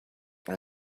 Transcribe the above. are